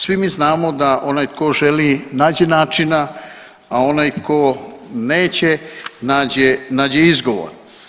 Svi mi znamo da onaj tko želi nađe načina, a onaj ko neće nađe, nađe izgovor.